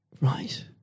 Right